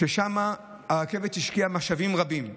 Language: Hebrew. שם הרכבת השקיעה משאבים רבים.